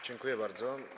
Dziękuję bardzo.